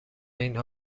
این